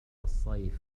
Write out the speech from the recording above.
الصيف